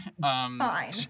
Fine